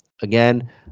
again